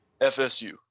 FSU